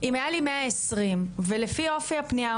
אם היה לי 120 ולפי אופי הפנייה,